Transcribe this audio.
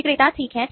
विक्रेता ठीक है